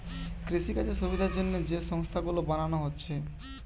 কৃষিকাজের সুবিধার জন্যে যে সংস্থা গুলো বানানা হচ্ছে